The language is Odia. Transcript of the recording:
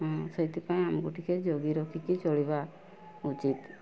ହଁ ସେଇଥିପାଇଁ ଆମକୁ ଟିକେ ଜଗି ରଖିକି ଚଳିବା ଉଚିତ